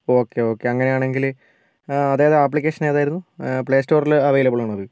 okay okay അങ്ങനെയാണെങ്കിൽ അതായത് application ഏതായിരുന്നു പ്ലേ സ്റ്റോറിൽ അവൈലബിളാണോ അത്